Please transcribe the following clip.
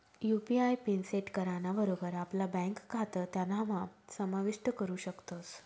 UPI PIN set कराना बरोबर आपला ब्यांक खातं त्यानाम्हा समाविष्ट करू शकतस